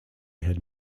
had